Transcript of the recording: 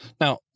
Now